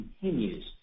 continues